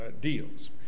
deals